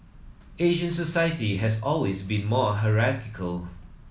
Asian society has always been more hierarchical